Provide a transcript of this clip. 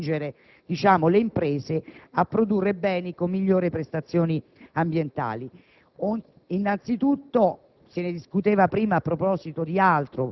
sostenibili e contribuendo a sospingere le imprese a produrre beni con migliori prestazioni ambientali. Se ne